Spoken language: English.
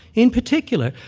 in particular,